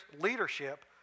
leadership